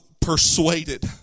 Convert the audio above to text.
persuaded